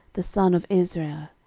the son of israel.